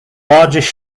largest